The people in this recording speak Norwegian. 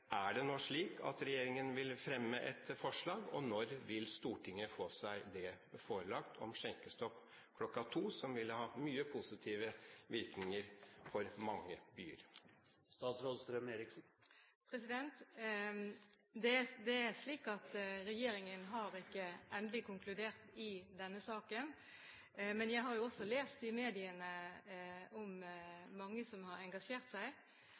Er det nå slik at regjeringen vil fremme et forslag om skjenkestopp kl. 02, som vil ha mange positive virkninger for mange byer, og når vil Stortinget få seg det forelagt? Regjeringen har ikke endelig konkludert i denne saken, men jeg har også lest i mediene at mange har engasjert seg,